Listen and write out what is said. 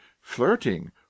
flirting